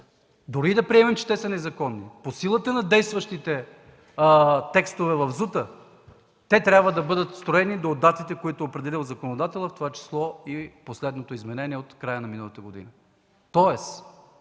дори да приемем, че те са незаконни, по силата на действащите текстове в ЗУТ те трябва да бъдат строени до датите, определени от законодателя, в това число последното изменение от края на миналата година.